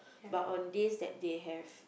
but on days that they have